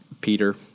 Peter